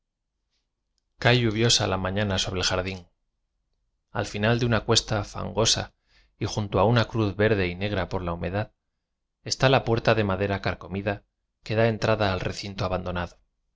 la mañana sobre el jardín al final de una cuesta fangosa y junto a una cruz verde y negra por la humedad está la puerta de madera carcomida que dá entrada al recinto abandonado